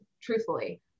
truthfully